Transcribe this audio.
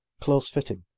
close-fitting